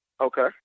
Okay